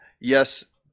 yes